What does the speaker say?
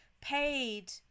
paid